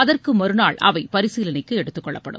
அகற்கு மறுநாள் அவை பரிசீலனைக்கு எடுத்துக் கொள்ளப்படும்